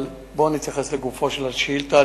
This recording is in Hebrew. אבל בוא נתייחס לגופה של השאילתא.